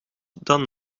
dan